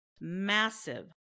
massive